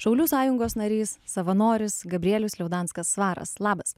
šaulių sąjungos narys savanoris gabrielius liaudanskas svaras labas